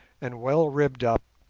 and well ribbed up,